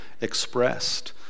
expressed